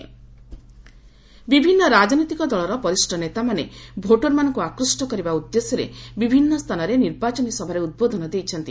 leaders rallies ବିଭିନ୍ନ ରାଜନୈତିକ ଦଳର ବରିଷ୍ଣ ନେତାମାନେ ଭୋଟରମାନଙ୍କୁ ଆକୃଷ୍ଟ କରିବା ଉଦ୍ଦେଶ୍ୟରେ ବିଭିନ୍ନ ସ୍ଥାନରେ ନିର୍ବାଚନୀ ସଭାରେ ଉଦ୍ବୋଧନ ଦେଇଛନ୍ତି